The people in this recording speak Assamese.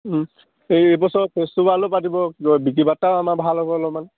এই এইবছৰ পাতিব বিকি বাৰ্তাও আমাৰ ভাল হ'ব অলপমান